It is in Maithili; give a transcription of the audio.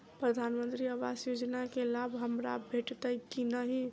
प्रधानमंत्री आवास योजना केँ लाभ हमरा भेटतय की नहि?